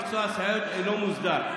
מקצוע הסייעת אינו מוסדר.